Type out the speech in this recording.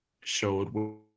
showed